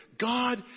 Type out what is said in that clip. God